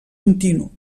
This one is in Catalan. continu